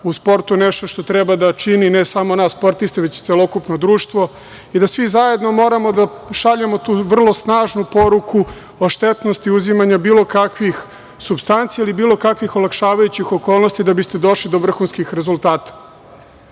u sportu nešto što treba da čini ne samo nas sportiste, već celokupno društvo i da svi zajedno moramo da šaljemo vrlo snažnu poruku o štetnosti uzimanja bilo kakvih supstanci ili bilo kakvih olakšavajućih okolnosti da biste došli do vrhunskih rezultata. Zakon